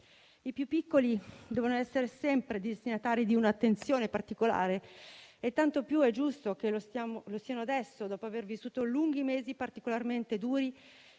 I più piccoli devono essere sempre destinatari di un'attenzione particolare e tanto più è giusto che lo siano adesso, dopo aver vissuto lunghi mesi particolarmente duri